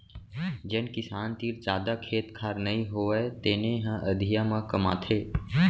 जेन किसान तीर जादा खेत खार नइ होवय तेने ह अधिया म कमाथे